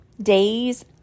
days